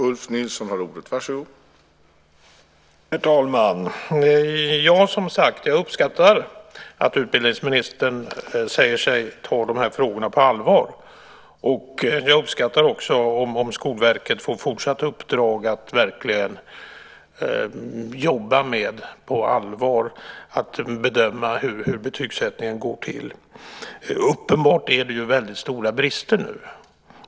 Herr talman! Jag uppskattar som sagt att utbildningsministern säger sig ta de här frågorna på allvar. Jag uppskattar också om Skolverket får fortsatt uppdrag att verkligen jobba på allvar med att bedöma hur betygssättningen går till. Uppenbarligen är det väldigt stora brister nu.